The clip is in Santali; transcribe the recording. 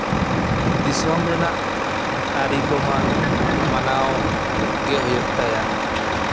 ᱫᱤᱥᱚᱢ ᱨᱮᱱᱟᱜ ᱟᱹᱨᱤ ᱠᱚᱢᱟ ᱢᱟᱱᱟᱣ ᱜᱮ ᱦᱩᱭᱩᱜ ᱛᱟᱭᱟ